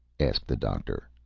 asked the doctor.